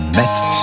met